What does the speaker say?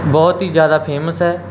ਬਹੁਤ ਹੀ ਜ਼ਿਆਦਾ ਫੇਮਸ ਹੈ